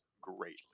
greatly